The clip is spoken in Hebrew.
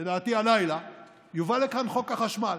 לדעתי הלילה, יובא לכאן חוק החשמל.